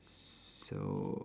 so